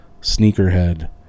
sneakerhead